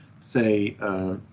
say